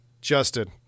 Justin